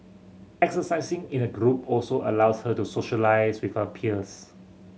exercising in a group also allows her to socialise with her peers